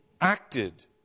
acted